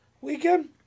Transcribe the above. weekend